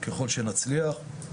וככל שנצליח.